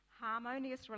harmonious